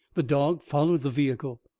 the dog followed the vehicle.